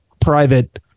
private